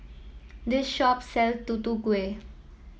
this shop sell Tutu Kueh